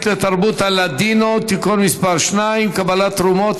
לתרבות הלדינו (תיקון מס' 2) (קבלת תרומות),